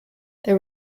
there